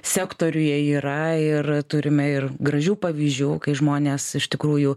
sektoriuje yra ir turime ir gražių pavyzdžių kai žmonės iš tikrųjų